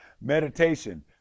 Meditation